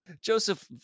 Joseph